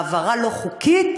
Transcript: העברה לא חוקית